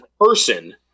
person